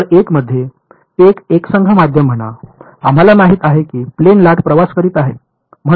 तर एक मध्ये एक एकसंध माध्यम म्हणा आम्हाला माहित आहे की प्लेन लाट प्रवास करीत आहे